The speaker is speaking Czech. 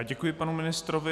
Děkuji panu ministrovi.